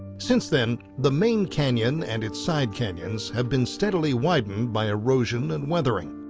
since then, the main canyon and its side canyons have been steadily widened by erosion and weathering.